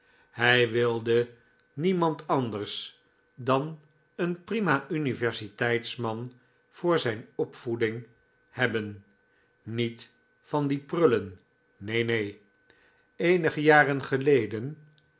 hij wilde niemand anders dan een prima universiteitsman voor zijn opvoeding hebben niet van die prullen nee nee eenige jaren geleden